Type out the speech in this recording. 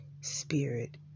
spirit